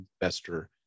investor